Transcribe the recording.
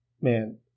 man